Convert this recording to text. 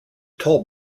tall